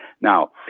Now